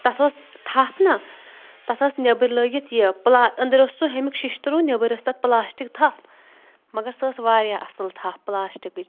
تَتھ ٲس تَھپھ نا تَتھ ٲس نیٚبٕرۍ لٲگِتھ یہِ پٕلا أنٛدٕرۍ اوس سُہ ہوٚمیٛک شِشتٕروٗ نیٚبٕرۍ ٲس تَتھ پٕلاسٹِک تھَپھ مگر سۄ ٲس واریاہ اصٕل تھپھ پٕلاسٹِکٕچ